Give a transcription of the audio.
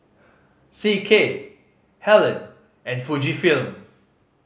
C K Helen and Fujifilm